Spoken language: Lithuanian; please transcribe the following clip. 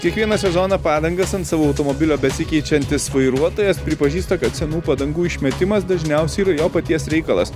kiekvieną sezoną padangas ant savo automobilio besikeičiantis vairuotojas pripažįsta kad senų padangų išmetimas dažniausiai yra jo paties reikalas